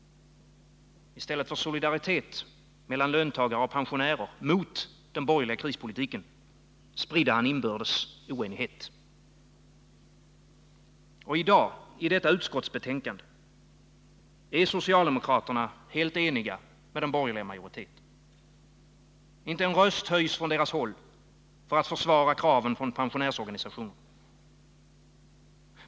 I stället för solidaritet mellan löntagare och pensionärer mot den borgerliga krispolitiken spridde han inbördes oenighet. Och i dag, i detta utskottsbetänkande, är socialdemokraterna helt eniga med den borgerliga majoriteten. Inte en röst höjs från deras håll för att försvara kraven från pensionärsorganisationerna.